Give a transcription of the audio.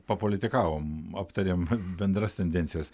papolitikavom aptarėm bendras tendencijas